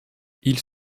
ils